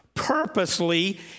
purposely